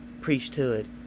priesthood